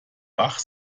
bach